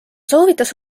soovitas